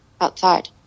outside